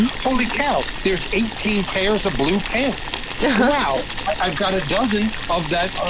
holy cow, there's eighteen pairs of blue pants. wow, i've got a dozen of that ah